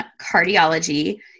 cardiology